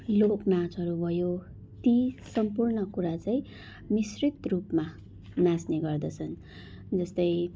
लोक नाचहरू भयो ती सम्पूर्ण कुरा चाहिँ मिश्रित रूपमा नाच्ने गर्दछन् जस्तै